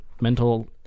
mental